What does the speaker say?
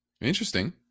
Interesting